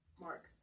Mark